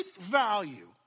value